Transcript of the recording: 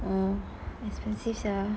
mm expensive sia